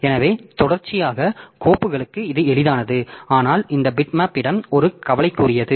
எனவே தொடர்ச்சியான கோப்புகளுக்கு இது எளிதானது ஆனால் இந்த பிட்மேப் இடம் ஒரு கவலைக்குரியது